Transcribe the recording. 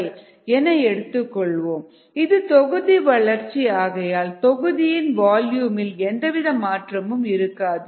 rg dmdtddt இது தொகுதி வளர்ச்சி ஆகையால் தொகுதியின் வால்யூமில் எந்தவித மாற்றமும் இருக்காது